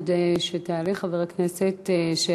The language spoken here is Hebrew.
עד שחבר הכנסת יעלה,